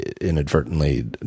inadvertently